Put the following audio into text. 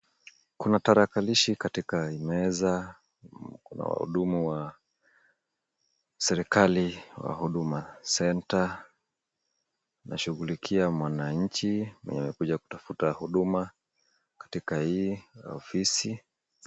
Kuna tarakilishi katika meza, kuna wahudumu wa serikali wa huduma centre . Wanashughulikia mwananchi mwenye amekuja kutafuta huduma katika hii ofisi.